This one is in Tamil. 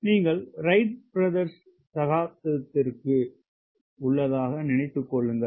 நீங்கள் ரைட் பிரதர்ஸ் காலத்தில் உள்ளதாக நினைத்துக் கொள்ளுங்கள்